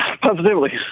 positively